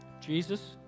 Jesus